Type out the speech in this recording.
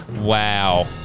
Wow